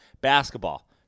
Basketball